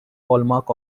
hallmark